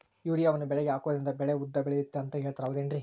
ಯೂರಿಯಾವನ್ನು ಬೆಳೆಗೆ ಹಾಕೋದ್ರಿಂದ ಬೆಳೆ ಉದ್ದ ಬೆಳೆಯುತ್ತೆ ಅಂತ ಹೇಳ್ತಾರ ಹೌದೇನ್ರಿ?